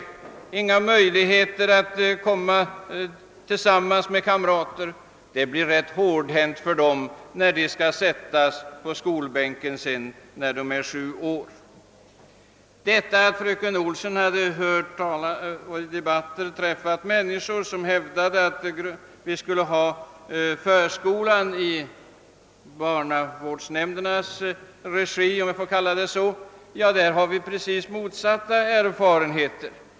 De har inte haft några möjligheter att komma tillsammans med kamrater. Det blir ganska påfrestande för dem, när de sedan skall sättas på skolbänken, när de är sju år. Fröken Olsson hade träffat människor som hävdat att vi skulle ha förskolan i barnavårdsnämndernas regi, om jag får kalla det så. På den punkten har vi helt motsatta erfarenheter.